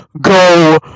go